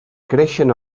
creixen